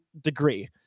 degree